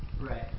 Right